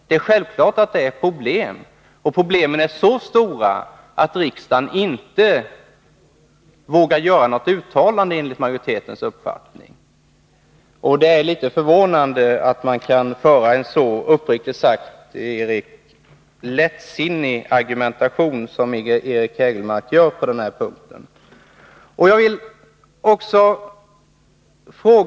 Det är självklart att det finns problem, och problemen är så stora att riksdagen inte vågar göra något uttalande, enligt majoritetens uppfattning. Det är litet förvånande att man kan föra en så — uppriktigt sagt — lättsinnig argumentation som Eric Hägelmark för på den här punkten.